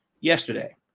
yesterday